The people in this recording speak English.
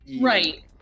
Right